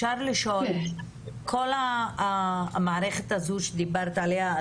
לגבי כל המערכת הזאת שדיברת עליה,